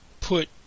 put